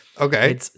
Okay